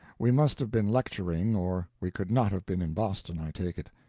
we must have been lecturing, or we could not have been in boston, i take it.